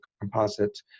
composite